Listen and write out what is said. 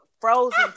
frozen